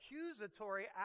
accusatory